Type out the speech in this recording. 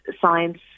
science